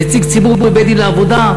נציג ציבור בבית-דין לעבודה,